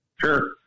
Sure